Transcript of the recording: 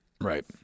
Right